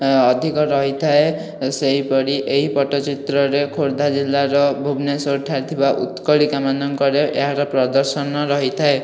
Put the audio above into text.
ଅଧିକ ରହିଥାଏ ସେହିପରି ଏହି ପଟ୍ଟଚିତ୍ରରେ ଖୋର୍ଦ୍ଧା ଜିଲ୍ଲାର ଭୁବନେଶ୍ୱର ଠାରେ ଥିବା ଉତ୍କଳିକା ମାନଙ୍କରେ ଏହାର ପ୍ରଦର୍ଶନ ରହିଥାଏ